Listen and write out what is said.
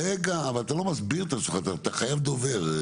אבל אתה לא מסביר את עצמך, אתה חייב דובר.